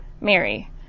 Mary